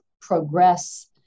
progress